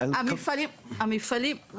המפעלים הם